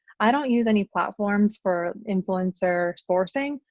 i don't use any platforms for influencer sourcing.